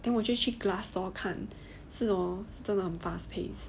then 我就去 glass door 是 hor 是真的很 fast pace